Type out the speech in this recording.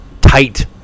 tight